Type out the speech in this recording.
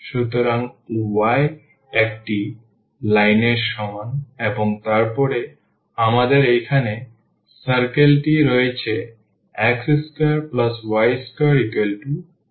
সুতরাং y একটি লাইনের সমান এবং তারপরে আমাদের এখানে circle টি রয়েছে x2y24